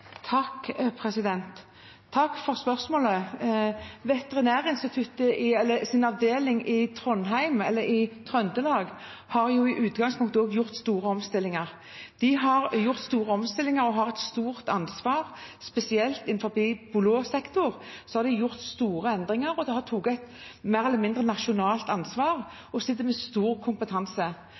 Takk for spørsmålet. Veterinærinstituttets avdeling i Trøndelag har i utgangspunktet foretatt store omstillinger og har et stort ansvar. Spesielt innenfor blå sektor har de gjort store endringer. De har mer eller mindre tatt et nasjonalt ansvar og sitter med stor kompetanse.